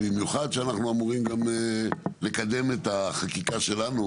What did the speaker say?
במיוחד כשאנחנו אמורים לקדם את החקיקה שלנו,